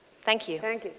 thank you. thank